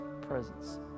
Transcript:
presence